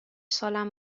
سالم